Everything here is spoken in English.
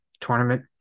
tournament